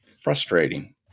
frustrating